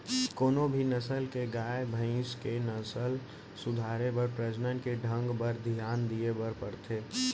कोनों भी नसल के गाय, भईंस के नसल सुधारे बर प्रजनन के ढंग बर धियान दिये बर परथे